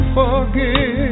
forgive